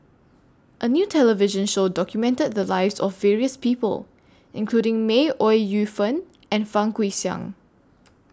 A New television Show documented The Lives of various People including May Ooi Yu Fen and Fang Guixiang